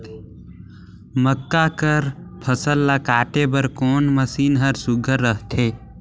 मक्का कर फसल ला काटे बर कोन मशीन ह सुघ्घर रथे?